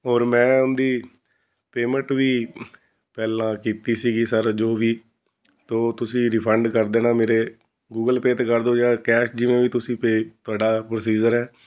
ਔਰ ਮੈਂ ਉਹਦੀ ਪੇਮੈਂਟ ਵੀ ਪਹਿਲਾਂ ਕੀਤੀ ਸੀਗੀ ਸਰ ਜੋ ਵੀ ਤੋ ਤੁਸੀਂ ਰਿਫੰਡ ਕਰ ਦੇਣਾ ਮੇਰੇ ਗੂਗਲ ਪੇ 'ਤੇ ਕਰ ਦਿਓ ਜਾਂ ਕੈਸ਼ ਜਿਵੇਂ ਵੀ ਤੁਸੀਂ ਪੇ ਤੁਹਾਡਾ ਪ੍ਰੋਸੀਜਰ ਹੈ